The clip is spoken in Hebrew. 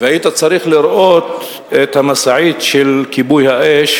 והיית צריך לראות את המשאית של כיבוי האש